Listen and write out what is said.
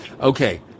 Okay